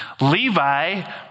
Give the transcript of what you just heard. Levi